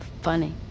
Funny